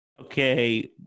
Okay